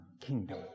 kingdom